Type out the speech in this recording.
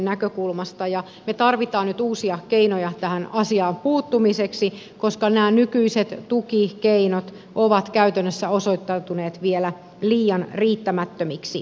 me tarvitsemme nyt uusia keinoja tähän asiaan puuttumiseksi koska nämä nykyiset tukikeinot ovat käytännössä osoittautuneet vielä liian riittämättömiksi